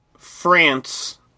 France